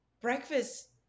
breakfast